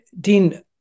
Dean